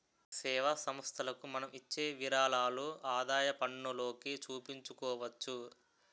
సేవా సంస్థలకు మనం ఇచ్చే విరాళాలు ఆదాయపన్నులోకి చూపించుకోవచ్చు